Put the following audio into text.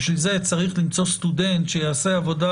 בשביל זה צריך למצוא סטודנט שיעשה עבודה,